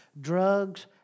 drugs